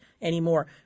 anymore